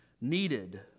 Needed